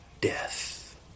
death